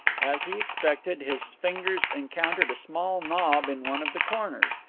as he expected, his fingers encountered a small knob in one of the corners,